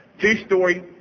two-story